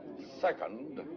second.